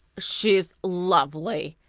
she's lovely.